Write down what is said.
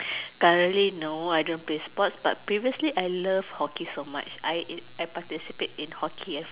currently no I don't play sport but previously I love hockey so much I I participate in hockey as